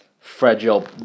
fragile